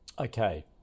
okay